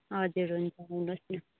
हजुर हुन्छ आउनुहोस् न